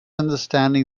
understanding